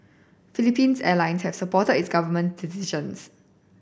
Philippine's Airlines has supported its government decisions